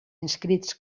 inscrits